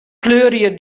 kleurje